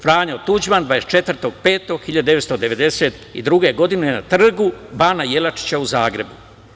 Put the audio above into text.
Franjo Tuđman, 24.05.1992. godine na Trgu Bana Jelačića u Zagrebu.